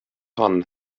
hon